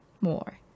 more